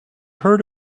heard